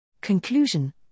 Conclusion